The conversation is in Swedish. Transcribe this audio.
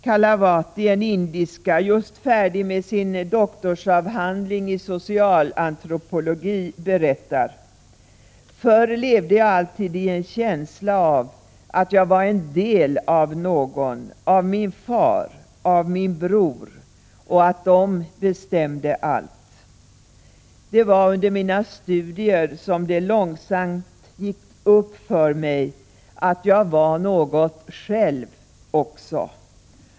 Kalavati, en indiska, just färdig med sin doktorsavhandling i socialantropologi, berättar: ”Förr levde jag alltid i en känsla av att jag var en del av någon, av min far, av min bror, och att de bestämde allt. Det var under mina studier som det långsamt gick upp för mig att jag var något själv också.